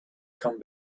come